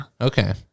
Okay